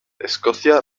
escocia